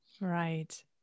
Right